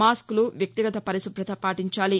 మాస్క్లు వ్యక్తిగత పరిశుభ్రత పాటించాలి